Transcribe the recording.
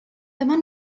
dyma